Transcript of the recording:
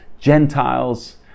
gentiles